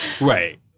Right